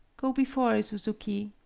go before, suzuki,